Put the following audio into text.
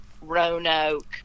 Roanoke